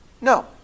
No